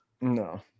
No